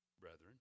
brethren